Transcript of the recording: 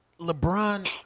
LeBron